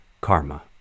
karma